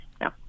no